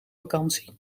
vakantie